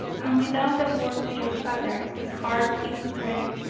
and, without a word to your father, whose heart it would break,